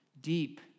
deep